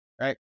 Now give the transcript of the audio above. right